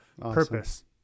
purpose